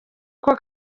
uko